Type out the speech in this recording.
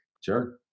sure